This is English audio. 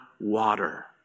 water